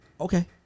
Okay